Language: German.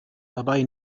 dabei